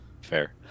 Fair